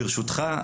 ברשותך,